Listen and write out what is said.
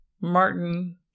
Martin